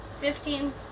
Fifteen